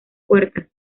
puertas